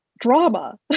drama